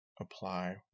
apply